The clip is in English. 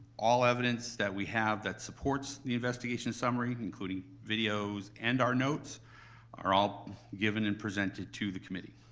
all evidence that we have that supports the investigation summary, including videos and our notes are all given and presented to the committee.